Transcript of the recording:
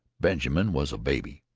benjamin was a baby,